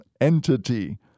entity